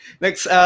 Next